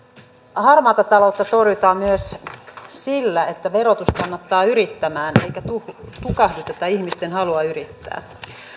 harmaata taloutta torjutaan myös sillä että verotus kannustaa yrittämään eikä tukahduteta ihmisten halua yrittää